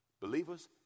Believers